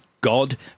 God